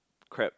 crab